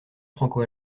franco